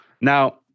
Now